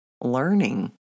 learning